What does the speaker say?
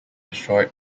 destroyed